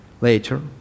later